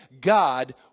God